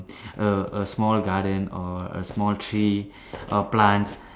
a a small garden or a small tree or plants